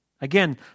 Again